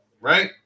right